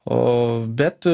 o bet